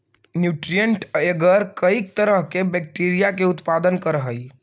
nutrient agar कईक तरह के बैक्टीरिया के उत्पादन करऽ हइ